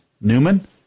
Newman